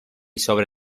sobre